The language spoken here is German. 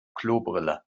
klobrille